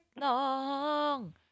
long